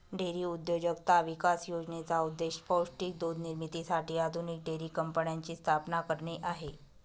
dairy उद्योजकता विकास योजनेचा उद्देश पौष्टिक दूध निर्मितीसाठी आधुनिक डेअरी कंपन्यांची स्थापना करणे आहे